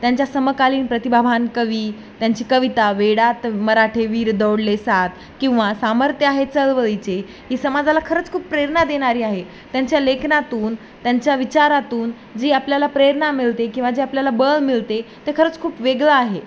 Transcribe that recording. त्यांच्या समकालीन प्रतिभाबान कवी त्यांची कविता वेडात मराठे वीर दौडले सात किंवा सामर्थ्य आहे चलवळीचे ही समाजाला खरंच खूप प्रेरणा देणारी आहे त्यांच्या लेखनातून त्यांच्या विचारातून जी आपल्याला प्रेरणा मिळते किंवा जे आपल्याला बळ मिळते ते खरंच खूप वेगळं आहे